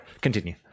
continue